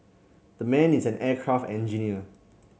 that man is an aircraft engineer